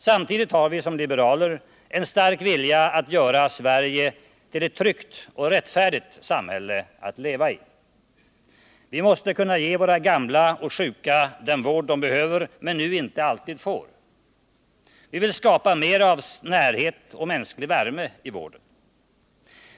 Samtidigt har vi som liberaler en stark vilja att göra Sverige till ett tryggt och rättfärdigt samhälle att leva i. Vi måste kunna ge våra gamla och sjuka den vård de behöver men nu inte alltid får. Vi vill skapa mer av närhet och mänsklig värme i vården.